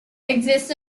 exist